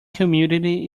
humidity